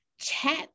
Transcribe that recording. chat